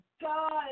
God